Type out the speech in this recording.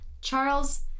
Charles